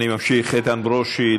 אני ממשיך: איתן ברושי,